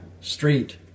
Street